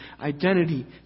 identity